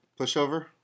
Pushover